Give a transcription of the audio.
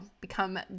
become